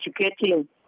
educating